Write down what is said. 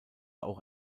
auch